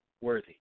worthy